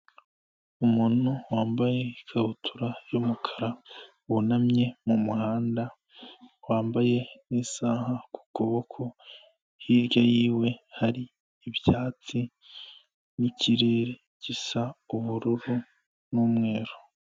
Umuntu wambaye ikabutura y'umukara wunamye mu muhanda wambaye n'isaha ku kuboko, hirya yiwe hari ibyatsi n'ikirere gisa ubururu n'umweru.